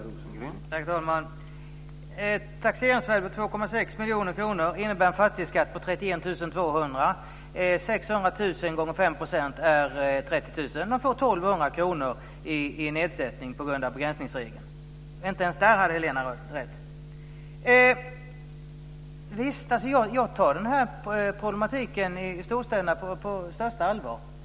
Herr talman! Ett taxeringsvärde på 2,6 miljoner kronor innebär en fastighetsskatt på 31 200 kr. 600 000 kr gånger 5 % är 30 000 kr. Man får 1 200 kr i nedsättning på grund av begränsningsregeln. Inte ens där hade Helena rätt. Jag tar problematiken i storstäderna på största allvar.